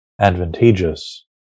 advantageous